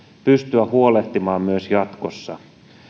pystyä huolehtimaan myös jatkossa